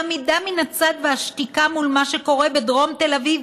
העמידה מן הצד והשתיקה מול מה שקורה בדרום תל אביב,